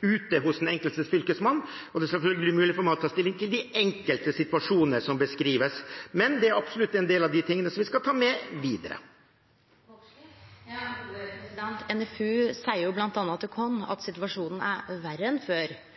ute hos den enkelte fylkesmann. Det er selvfølgelig umulig for meg å ta stilling til de enkeltsituasjonene som beskrives, men det er absolutt en del av det vi skal ta med videre. NFU seier bl.a. til oss at situasjonen er verre enn før,